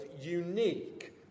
unique